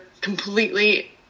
completely